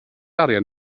arian